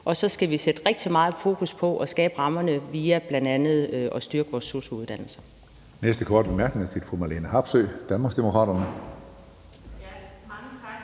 Og så skal vi sætte rigtig meget fokus på at skabe rammerne ved bl.a. at styrke sosu-uddannelsen.